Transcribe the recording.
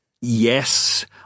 Yes